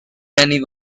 penny